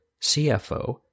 CFO